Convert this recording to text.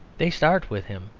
they start with him,